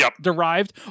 derived